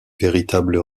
véritable